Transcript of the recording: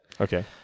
okay